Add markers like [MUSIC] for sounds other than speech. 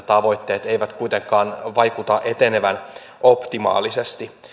[UNINTELLIGIBLE] tavoitteet eivät kuitenkaan vaikuta etenevän optimaalisesti